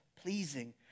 Pleasing